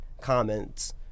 comments